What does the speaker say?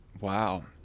wow